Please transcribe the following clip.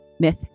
Myth